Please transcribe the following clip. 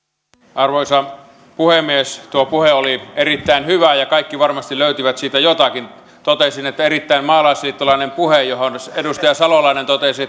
arvoisa puhemies tuo puhe oli erittäin hyvä ja kaikki varmasti löysivät siitä jotakin totesin että erittäin maalaisliittolainen puhe johon edustaja salolainen totesi